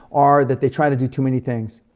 are that they try to do too many things.